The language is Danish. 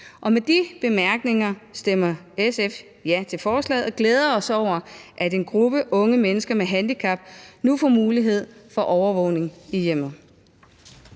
Med de bemærkninger stemmer SF ja til forslaget, og vi glæder os over, at en gruppe unge mennesker med handicap nu får mulighed for overvågning i hjemmet.